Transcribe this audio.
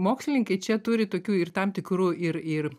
mokslininkai čia turi tokių ir tam tikrų ir ir